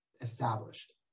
established